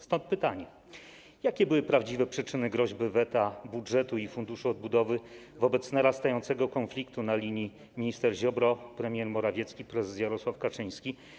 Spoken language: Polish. Stąd pytanie: Jakie były prawdziwe przyczyny groźby weta budżetu i Funduszu Odbudowy wobec narastającego konfliktu na linii minister Ziobro - premier Morawiecki - prezes Jarosław Kaczyński?